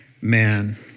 man